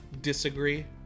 disagree